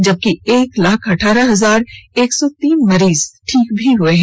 जबकि एक लाख अठारह हजार एक सौ तीन मरीज ठीक हए हैं